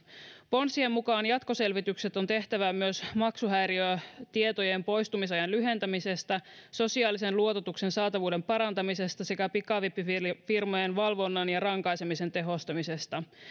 ponsien mukaan jatkoselvitykset on tehtävä myös maksuhäiriötietojen poistumisajan lyhentämisestä sosiaalisen luototuksen saatavuuden parantamisesta sekä pikavippifirmojen valvonnan ja rankaisemisen tehostamisesta